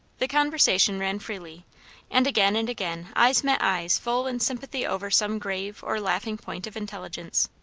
the conversation ran freely and again and again eyes met eyes full in sympathy over some grave or laughing point of intelligence.